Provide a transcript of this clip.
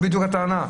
זאת בדיוק הטענה.